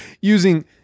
using